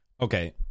Okay